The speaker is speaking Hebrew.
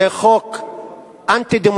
זה חוק אנטי-דמוקרטי,